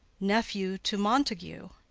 nephew to montague,